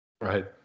right